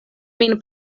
min